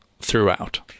throughout